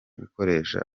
gukoresha